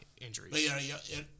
injuries